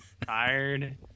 tired